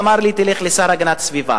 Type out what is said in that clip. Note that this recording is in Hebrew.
אמר לי: לך לשר להגנת הסביבה.